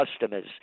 customers